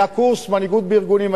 היה קורס: מנהיגות בארגונים.